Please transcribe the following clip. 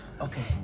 Okay